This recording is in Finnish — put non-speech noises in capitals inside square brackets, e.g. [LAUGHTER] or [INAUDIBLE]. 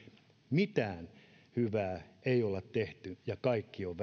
mitään hyvää ei olla tehty ja kaikki on [UNINTELLIGIBLE]